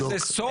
יש לזה סוף.